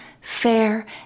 fair